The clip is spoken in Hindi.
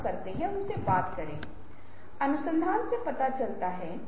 निर्णय लेने के लिए उन्हें एक भौतिक स्थान पर आना होगा